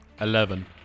Eleven